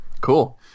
cool